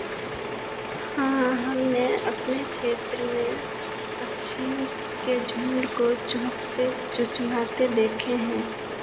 हाँ हमने अपने क्षेत्र में पक्षियों के झुण्ड को चहकते चुहचुहाते देखे हैं